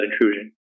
intrusion